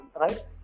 right